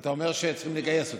ואתה אומר שצריכים לגייס אותו?